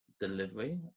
delivery